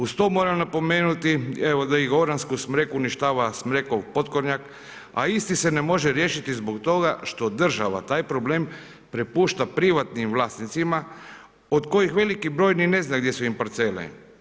Uz to moram napomenuti, evo da i goransku smreku uništava smrekov potkornjak a isti se ne može riješiti zbog toga što država taj problem prepušta privatnim vlasnicima od kojih veliki broj ni ne zna di su im parcele.